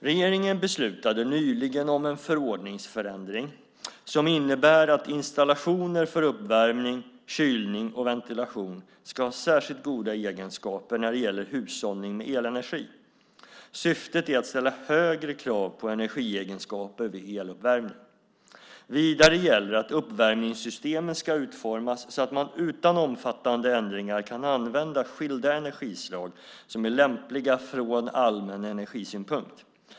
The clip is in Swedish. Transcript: Regeringen beslutade nyligen om en förordningsändring som innebär att installationer för uppvärmning, kylning och ventilation ska ha särskilt goda egenskaper när det gäller hushållning med elenergi. Syftet är att ställa högre krav på energiegenskaper vid eluppvärmning. Vidare gäller att uppvärmningssystemen ska utformas så att man utan omfattande ändringar kan använda skilda energislag som är lämpliga från allmän energisynpunkt.